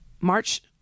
March